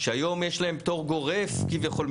יש להם פטור גורף כביכול,